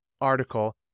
article